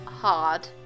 hard